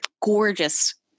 gorgeous